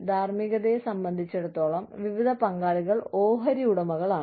ധാർമ്മികതയെ സംബന്ധിച്ചിടത്തോളം വിവിധ പങ്കാളികൾ ഓഹരിയുടമകളാണ്